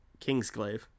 Kingsgrave